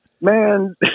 man